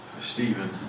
Stephen